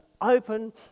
open